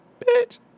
bitch